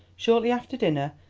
shortly after dinner,